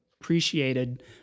appreciated